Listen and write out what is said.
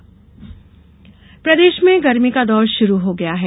मौसम प्रदेश में गर्मी का दौर शुरू हो गया है